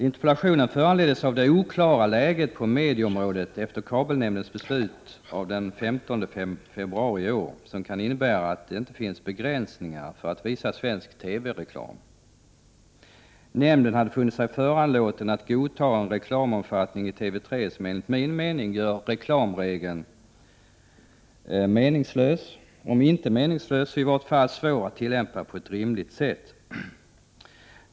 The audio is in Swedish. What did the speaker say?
Interpellationen föranleddes av det oklara läget på medieområdet som råder efter kabelnämndens beslut av den 15 februari i år. Beslutet kan innebära att det inte finns begränsningar för visandet av svensk TV-reklam. Nämnden hade funnit sig föranlåten att godta en reklamomfattning i TV 3 som enligt min mening gör reklamregeln meningslös — och om inte meningslös så i varje fall svår att tillämpa på ett rimligt sätt.